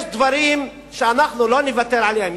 יש דברים שאנחנו לא נוותר עליהם.